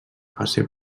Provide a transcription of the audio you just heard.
fase